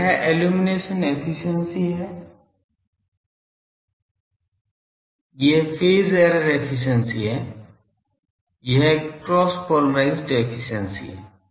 तो यह illumination efficiency है यह फेज एरर एफिशिएंसी है यह क्रॉस पोलरिज़्ड एफिशिएंसी है